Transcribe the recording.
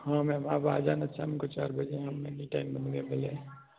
हाँ मैम आप आ जाना शाम को चार बजे हम एनी टाइम अवैलबल है